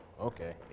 okay